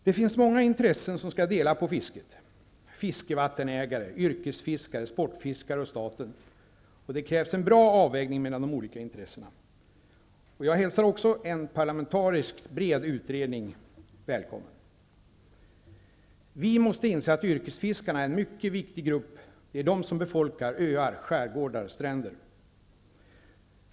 Det finns många intressen som skall dela på fisket -- fiskevattenägare, yrkesfiskare, sportfiskare och staten -- och det krävs en bra avvägning mellan de olika intressena. Jag hälsar också en parlamentariskt bred utredning välkommen. Vi måste inse att yrkesfiskarna är en mycket viktig grupp. Det är yrkesfiskarna som befolkar öar, skärgårdar och stränder.